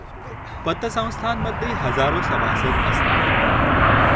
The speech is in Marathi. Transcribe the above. पतसंस्थां मध्ये हजारो सभासद असतात